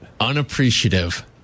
Unappreciative